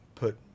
put